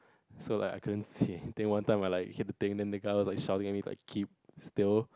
so I couldn't see I think one time I'm like hit the thing then the colours like shouting at me like keep still